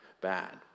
bad